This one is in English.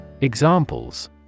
Examples